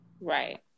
Right